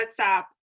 WhatsApp